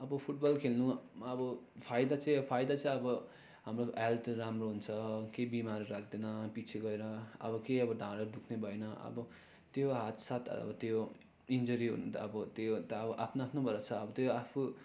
अब फुटबल खेल्नु अब फाइदा चाहिँ फाइदा चाहिँ अब हाम्रो हेल्थ राम्रो हुन्छ केही बिमार लाग्दैन पिछे गएर अब केही अब ढाँडहरू दुख्ने भएन अब त्यो हात सात अब त्यो इन्जुरी हुनु त अब त्यो त अब आफ्नो आफ्नोबाट छ त्यो आफू